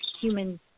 human